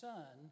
Son